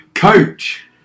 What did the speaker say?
Coach